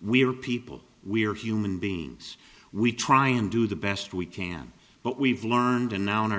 we are people we are human beings we try and do the best we can but we've learned and now in our